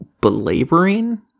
belaboring